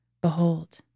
Behold